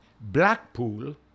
Blackpool